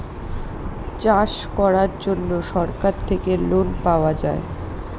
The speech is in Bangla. চাষ করার জন্য সরকার থেকে লোন পাওয়া যায়